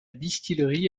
distillerie